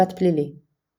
משפט פלילי